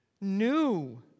new